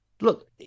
look